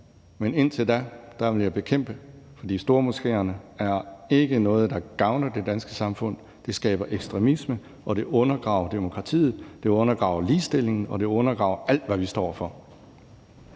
Men indtil da vil jeg bekæmpe det, for stormoskéerne er ikke noget, der gavner det danske samfund. Det skaber ekstremisme, det undergraver demokratiet, det undergraver ligestillingen, og det undergraver alt, hvad vi står for.